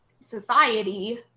society